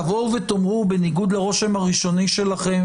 תבואו ותאמרו: בניגוד לרושם הראשוני שלכם